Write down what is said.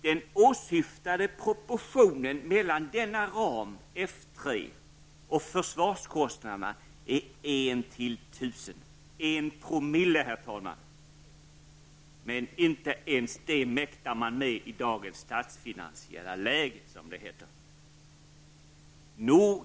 Den åsyftade proportionen mellan denna ram, F 3, och försvarskostnaderna är 1:1000, en promille, herr talman! Men inte ens detta mäktar man med i dagens statsfinansiella läge, som det heter.